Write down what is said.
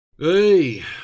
Hey